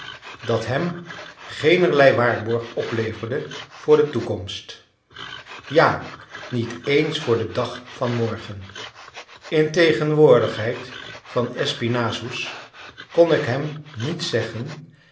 dat hem geenerlei waarborg opleverde voor de toekomst ja niet eens voor den dag van morgen in tegenwoordigheid van espinassous kon ik hem niet zeggen